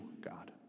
God